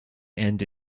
and